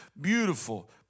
Beautiful